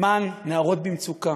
למען נערות במצוקה,